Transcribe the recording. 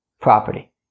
property